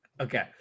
Okay